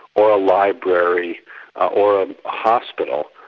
or a library or a hospital,